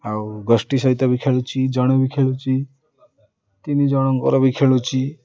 ଆଉ ଗୋଷ୍ଠୀ ସହିତ ବି ଖେଳୁଛି ଜଣେ ବି ଖେଳୁଛି ତିନି ଜଣଙ୍କର ବି ଖେଳୁଛି